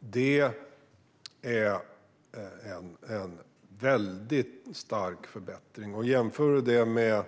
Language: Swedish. Det är en väldigt stark förbättring. Jämfört med